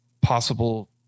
possible